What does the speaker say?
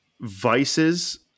vices